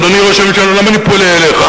אדוני ראש הממשלה, למה אני פונה אליך?